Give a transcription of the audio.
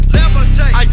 Levitate